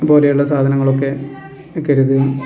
പോലെയുള്ള സാധനങ്ങളൊക്കെ കരുതുക